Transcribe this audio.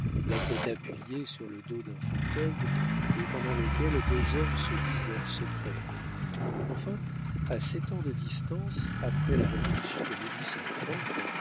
la tête appuyée sur le dos d'un fauteuil et pendant lequel deux hommes se disent leurs secrets enfin à sept ans de distance après la révolution de